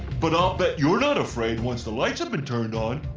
but i bet you're not afraid once the lights have been turned on!